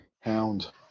Hound